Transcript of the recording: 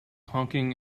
honking